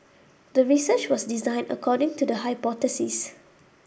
the research was designed according to the hypothesis